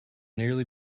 nearly